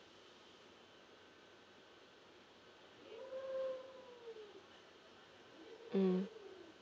mm